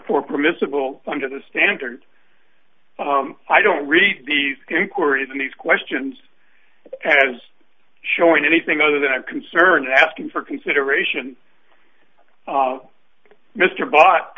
for permissible under the standard i don't read these inquiries and these questions as showing anything other than a concern asking for consideration mr bo